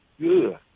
Good